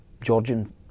Georgian